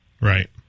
Right